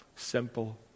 simple